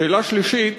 שאלה שלישית,